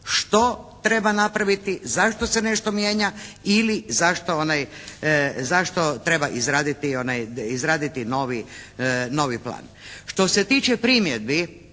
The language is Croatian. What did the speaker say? što treba napraviti, zašto se nešto mijenja ili zašto treba izraditi novi plan. Što se tiče primjedbi